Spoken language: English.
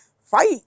fight